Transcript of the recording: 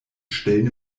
stellen